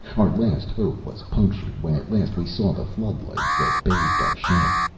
our last hope was punctured when at last we saw the flood-lights that bathed our ship.